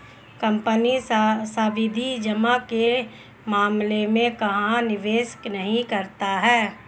Company सावधि जमा के मामले में कहाँ निवेश नहीं करना है?